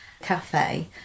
cafe